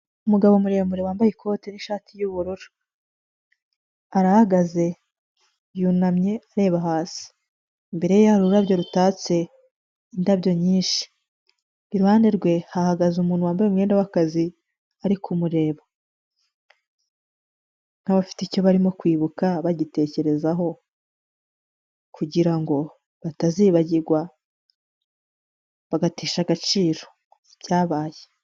Umugabo muremure wambaye ikote n'ishati y'ubururu, arahagaze yunamye areba hasi, imbere ye hari ururabyo rutatse indabyo nyinshi, iruhande rwe hahagaze umuntu wambaye umwenda w' akazi ari kumureba nk'abafite icyo barimo kwibuka bagitekerezaho kugira ngo batazibagirwa bagatesha agaciro ibyabaye.